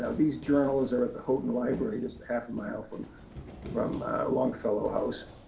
ah these journals are at the houghton library just a half a mile from from longfellow house.